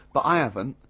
but i haven't.